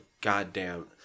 goddamn